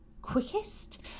quickest